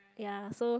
ya so